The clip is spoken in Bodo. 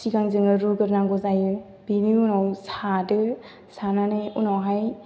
सिगां जोङो रुग्रोनांगौ जायो बेनि उनाव सादो सानानै उनावहाय